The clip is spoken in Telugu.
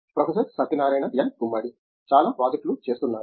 ప్రొఫెసర్ సత్యనారాయణ ఎన్ గుమ్మడి చాలా ప్రాజెక్టులు చేస్తున్నారు